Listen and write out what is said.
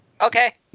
Okay